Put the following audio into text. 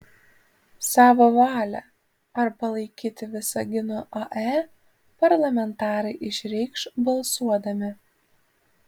savo valią ar palaikyti visagino ae parlamentarai išreikš balsuodami